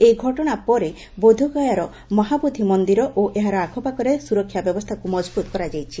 ଏହି ଘଟଣା ପରେ ବୋଧଗୟାର ମହାବୋଧି ମନ୍ଦିର ଓ ଏହାର ଆଖପାଖରେ ସୁରକ୍ଷାବ୍ୟବସ୍ଥାକୁ ମଜବତୁ କରାଯାଇଛି